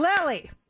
Lily